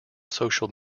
social